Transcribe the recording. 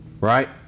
Right